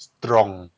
strong